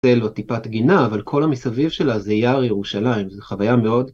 זה לא טיפת גינה, אבל כל המסביב שלה זה יער ירושלים, זו חוויה מאוד.